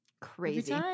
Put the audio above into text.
Crazy